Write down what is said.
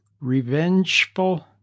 revengeful